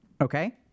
Okay